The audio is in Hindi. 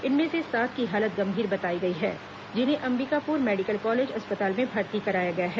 इनमें से सात की हालत गंभीर बताई गई है जिन्हें अंबिकापुर मेडिकल कॉलेज अस्पताल में भर्ती कराया गया है